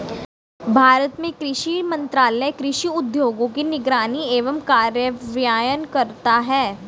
भारत में कृषि मंत्रालय कृषि उद्योगों की निगरानी एवं कार्यान्वयन करता है